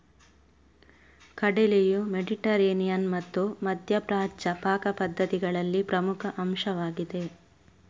ಕಡಲೆಯು ಮೆಡಿಟರೇನಿಯನ್ ಮತ್ತು ಮಧ್ಯ ಪ್ರಾಚ್ಯ ಪಾಕ ಪದ್ಧತಿಗಳಲ್ಲಿ ಪ್ರಮುಖ ಅಂಶವಾಗಿದೆ